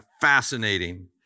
fascinating